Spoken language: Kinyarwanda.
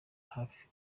hafi